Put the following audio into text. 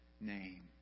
name